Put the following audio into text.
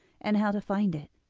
and how to find it.